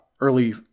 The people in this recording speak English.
early